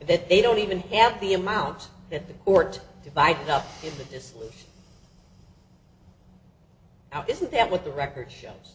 they don't even have the amount that the court divided up it is now isn't that what the record shows